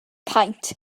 paent